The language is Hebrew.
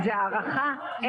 - זו הערכה בלבד,